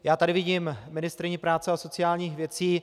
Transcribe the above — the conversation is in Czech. Já tady vidím ministryni práce a sociálních věcí.